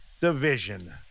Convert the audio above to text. division